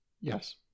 Yes